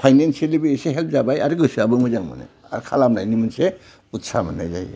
फायनेनसियेलिबो help जाबाय आरो आरो गोसोआबो मोजां मोनो आर खालामनायनि मोनसे उत्सा मोननाय जायो